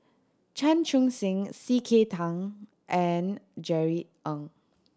Chan Chun Sing C K Tang and Jerry Ng